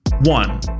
One